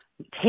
take